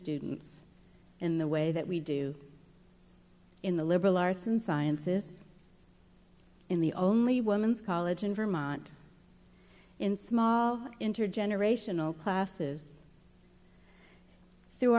students in the way that we do in the liberal arts and sciences in the only woman's college in vermont in small intergenerational classes through